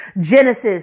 Genesis